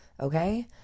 okay